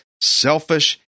selfish